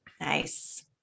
Nice